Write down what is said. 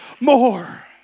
more